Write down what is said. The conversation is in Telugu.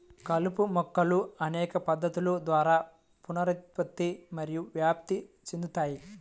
కలుపు మొక్కలు అనేక పద్ధతుల ద్వారా పునరుత్పత్తి మరియు వ్యాప్తి చెందుతాయి